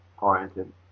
oriented